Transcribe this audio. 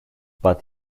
but